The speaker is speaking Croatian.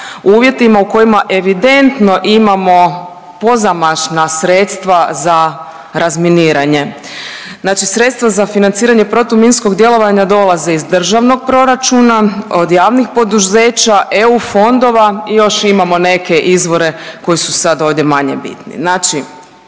uvjetima u kojima evidentno imamo pozamašna sredstva za razminiranje. Znači sredstva za financiranje protuminskog djelovanja dolaze iz državnog proračuna, od javnih poduzeća, eu fondova i još imamo neke izvore koji su sada ovdje manje bitni.